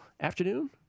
Afternoon